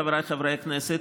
חבריי חברי הכנסת,